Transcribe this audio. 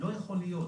לא יכול להיות,